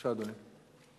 בבקשה, אדוני.